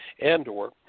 and/or